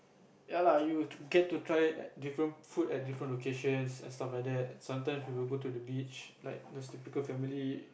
ya lah you get to try different food at different location and stuff like that sometimes we will go to the beach like those typical family